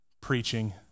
preaching